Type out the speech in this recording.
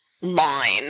line